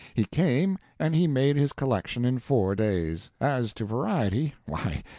he came and he made his collection in four days. as to variety, why,